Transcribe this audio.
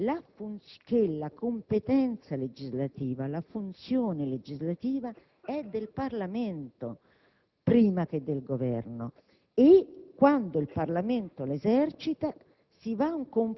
L'opposizione, pur avendo partecipato con impegno ai lavori, nel giudizio conclusivo ha confermato la sua contrarietà sui suoi punti qualificanti